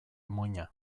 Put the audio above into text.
muina